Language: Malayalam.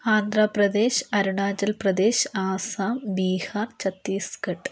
ആന്ധ്രപ്രദേശ് അരുണാചൽപ്രദേശ് ആസാം ബീഹാർ ഛത്തീസ്ഗഢ്